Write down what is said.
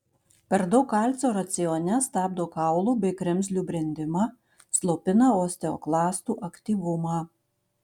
per daug kalcio racione stabdo kaulų bei kremzlių brendimą slopina osteoklastų aktyvumą